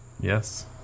Yes